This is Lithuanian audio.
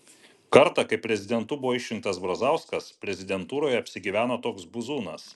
kartą kai prezidentu buvo išrinktas brazauskas prezidentūroje apsigyveno toks buzūnas